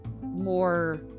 more